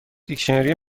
دیکشنری